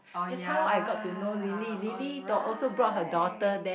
oh ya alright